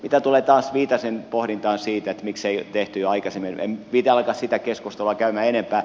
mitä tulee taas viitasen pohdintaan siitä miksei tehty jo aikaisemmin en viitsi alkaa sitä keskustelua käydä enempää